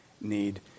need